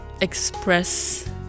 express